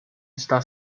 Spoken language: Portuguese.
está